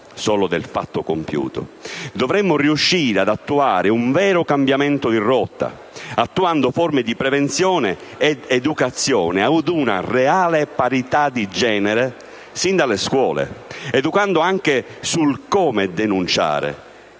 solo del fatto compiuto. Dovremo riuscire ad attuare un vero cambiamento di rotta, attuando forme di prevenzione ed educazione ad una reale parità di genere sin dalle scuole, educando anche sul come denunciare